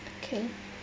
okay